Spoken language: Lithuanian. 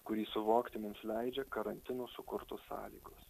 kurį suvokti mums leidžia karantino sukurtos sąlygos